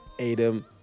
adam